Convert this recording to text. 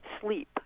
sleep